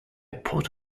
pot